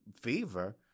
fever